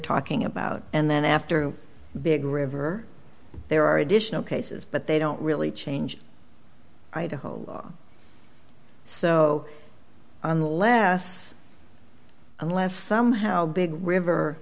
talking about and then after big river there are additional cases but they don't really change idaho law so unless unless somehow big river